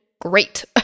great